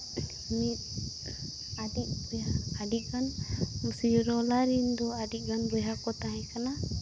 ᱢᱤᱫ ᱟᱹᱰᱤ ᱵᱚᱭᱦᱟ ᱟᱹᱰᱤᱜᱟᱱ ᱥᱚᱨᱚᱞᱟ ᱨᱮᱱ ᱫᱚ ᱟᱹᱰᱤᱜᱟᱱ ᱵᱚᱭᱦᱟ ᱠᱚ ᱛᱟᱦᱮᱸ ᱠᱟᱱᱟ